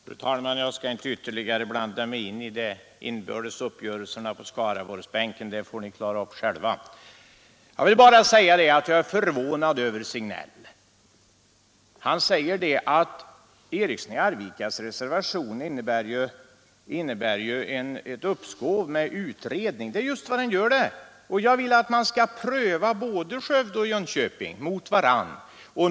Fru talman! Jag skall inte ytterligare blanda mig i de inbördes uppgörelserna på Skaraborgsbänken; dem får ni klara upp själva. Men jag är förvånad över herr Signell. Han säger att min reservation om en utredning innebär ett uppskov. Ja, det är just vad den gör. Jag vill att man skall pröva Skövde och Jönköping mot varandra.